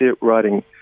writing